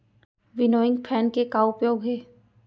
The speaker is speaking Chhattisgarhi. विनोइंग फैन के का उपयोग हे?